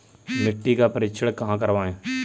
मिट्टी का परीक्षण कहाँ करवाएँ?